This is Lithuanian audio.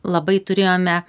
labai turėjome